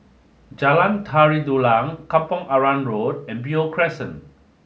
Jalan Tari Dulang Kampong Arang Road and Beo Crescent